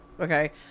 okay